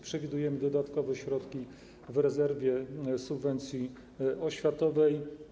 Przewidujemy dodatkowe środki w rezerwie subwencji oświatowej.